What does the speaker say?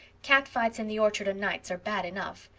cat-fights in the orchard o'nights are bad enough.